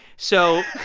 so.